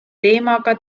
teemaga